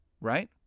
Right